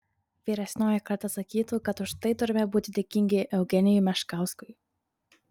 vyresnioji karta sakytų kad už tai turime būti dėkingi eugenijui meškauskui